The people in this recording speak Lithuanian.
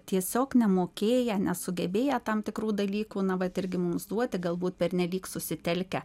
tiesiog nemokėję nesugebėję tam tikrų dalykų na vat irgi mums duoti galbūt pernelyg susitelkę